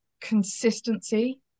consistency